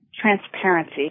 transparency